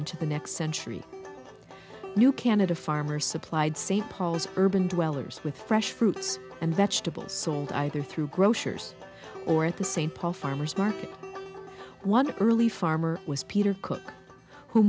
into the next century new canada farmer supplied st paul's urban dwellers with fresh fruits and vegetables sold either through grocers or at the st paul farmers market one early farmer was peter